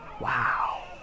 Wow